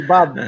Bob